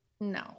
No